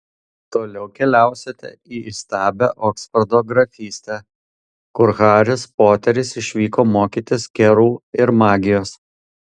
toliau keliausite į įstabią oksfordo grafystę kur haris poteris išvyko mokytis kerų ir magijos